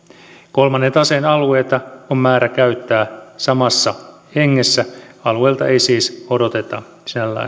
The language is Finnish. kolmannen taseen alueita on määrä käyttää samassa hengessä alueilta ei siis odoteta